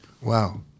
Wow